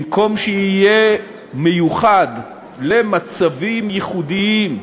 במקום שיהיה מיוחד למצבים ייחודיים,